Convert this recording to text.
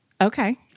Okay